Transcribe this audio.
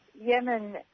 Yemen